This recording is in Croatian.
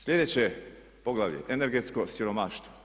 Sljedeće poglavlje, energetsko siromaštvo.